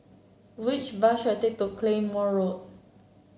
which bus should I take to Claymore Road